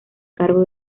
cargo